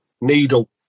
needle